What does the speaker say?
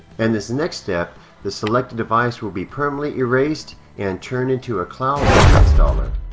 and this next step the selected device will be permanently erased and turned into a cloud ready installer